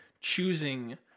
choosing